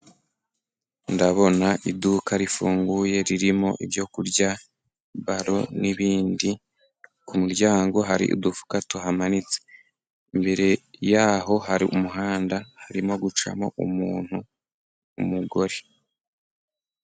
Ndabona iduka rifunguye ririmo ibyo kurya, baro, n'ibindi. Ku muryango hari udufuka tuhamanitse, imbere yaho hari umuhanda harimo gucamo umuntu, umugore.